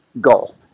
goal